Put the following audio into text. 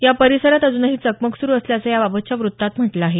या परिसरात अज्नही चकमक सुरु असल्याचं याबाबतच्या वृत्तात म्हटलं आहे